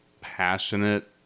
passionate